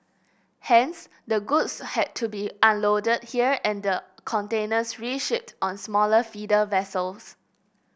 hence the goods had to be unloaded here and the containers reshipped on smaller feeder vessels